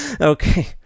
Okay